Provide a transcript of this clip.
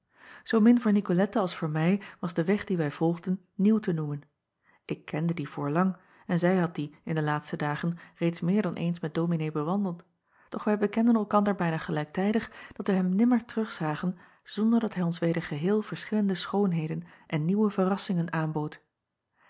oomin voor icolette als voor mij was de weg dien wij volgden nieuw te noemen ik kende dien voorlang en zij had dien in de laatste dagen reeds meer dan eens met ominee bewandeld doch wij bekenden elkander bijna gelijktijdig dat wij hem nimmer terugzagen zonder dat hij ons weder geheel verschillende schoonheden en nieuwe verrassingen aanbood